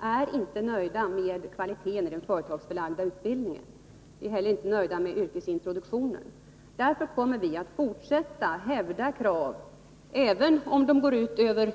Herr talman! Vi är inte nöjda med kvaliteten i den företagsförlagda utbildningen. Vi är heller inte nöjda med yrkesintroduktionen. Även om det går ut över